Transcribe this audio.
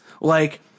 Like-